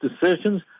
decisions